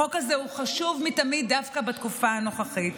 החוק הזה הוא חשוב מתמיד דווקא בתקופה הנוכחית.